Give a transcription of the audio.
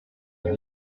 pour